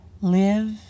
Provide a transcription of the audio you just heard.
live